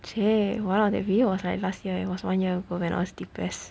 !chey! that video was like last year eh it was one year ago when I was depressed